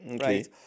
right